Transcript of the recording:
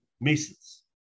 Masons